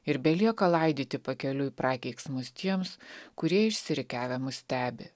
ir belieka laidyti pakeliui prakeiksmus tiems kurie išsirikiavę mus stebi